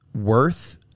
worth